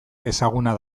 ezaguna